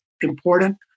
important